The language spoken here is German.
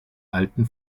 alten